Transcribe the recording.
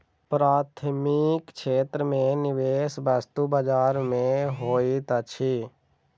प्राथमिक क्षेत्र में निवेश वस्तु बजार में होइत अछि